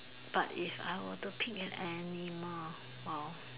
but if I were to pick an animal !wow!